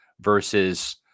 versus